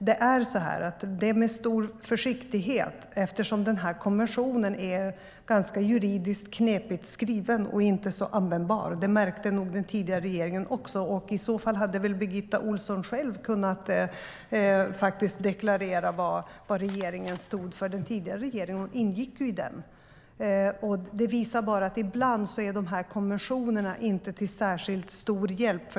Det sker med stor försiktighet, eftersom den här konventionen är juridiskt ganska knepigt skriven och inte är så användbar. Det märkte nog den tidigare regeringen också, och i så fall hade Birgitta Ohlsson själv kunnat deklarera vad den tidigare regeringen stod för eftersom hon ingick i den. Det visar bara att konventionerna ibland inte är till särskilt stor hjälp.